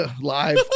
live